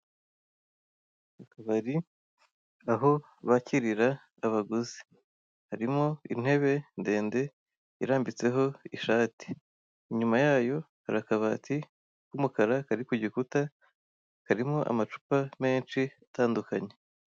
Akabari aho bakirira abaguzi harimo intebe ndende irambitseho ishati inyuma yayo hari akabati k'umukara kari kugikuta karimo amacupa menshi atandukanye.